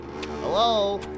Hello